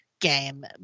game